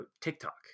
TikTok